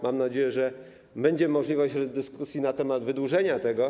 Mam nadzieję, że będzie możliwość dyskusji na temat wydłużenia tego.